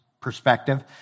perspective